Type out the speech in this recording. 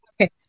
Okay